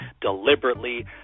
deliberately